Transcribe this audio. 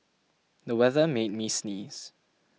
the weather made me sneeze